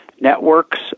networks